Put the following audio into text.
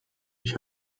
ich